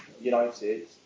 United